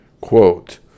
Quote